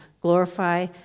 glorify